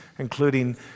including